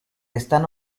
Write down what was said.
están